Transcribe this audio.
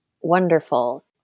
wonderful